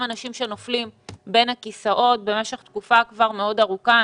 אנשים שנופלים בין הכיסאות במשך תקופה מאוד ארוכה.